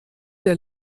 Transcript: der